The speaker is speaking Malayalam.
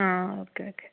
ആ ഓക്കേ ഓക്കേ